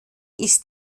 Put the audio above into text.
ist